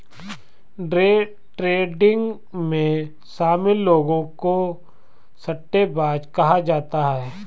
day trading में शामिल लोगों को सट्टेबाज कहा जाता है